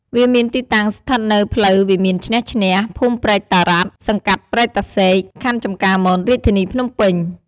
វាមានទីតាំងស្ថិតនៅផ្លូវវិមានឈ្នះឈ្នះ ភូមិព្រែកតារ៉ាត់ សង្កាត់ព្រែកតាសែក ខណ្ឌចំការមន រាជធានីភ្នំពេញ។